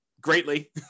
greatly